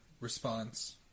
response